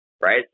right